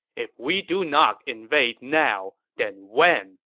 if we do not invade now, then when!